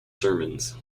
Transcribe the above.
sermons